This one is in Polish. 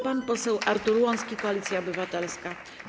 Pan poseł Artur Łącki, Koalicja Obywatelska.